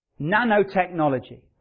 nanotechnology